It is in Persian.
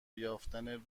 یافتن